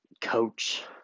coach